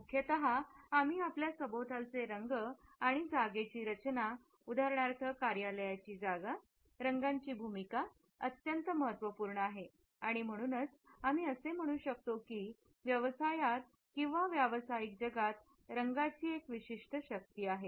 मुख्यतः आम्ही आपल्या सभोवतालचे रंग आणि जागेची रचना उदाहरणार्थ कार्यालयाची जागा रंगाची भूमिका अत्यंत महत्त्वपूर्ण आहे आणि म्हणूनच आम्ही असे म्हणू शकतो की व्यवसायात किंवा व्यावसायिक जगात रंगाची एक विशिष्ट शक्ती आहे